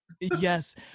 Yes